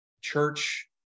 church